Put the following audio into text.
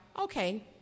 okay